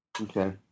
Okay